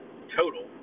total